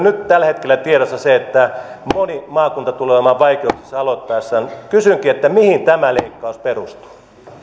nyt tällä hetkellä tiedossa se että moni maakunta tulee olemaan vaikeuksissa aloittaessaan kysynkin mihin tämä leikkaus perustuu